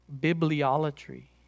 bibliolatry